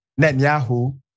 Netanyahu